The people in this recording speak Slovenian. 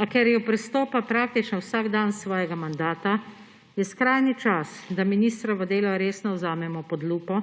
A ker jo prestopa praktično vsak dan svojega mandata, je skrajni čas, da ministrovo delo resno vzamemo pod lupo,